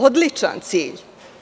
Odličan cilj.